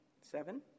Seven